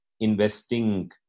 investing